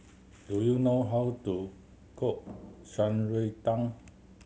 do you know how to cook Shan Rui Tang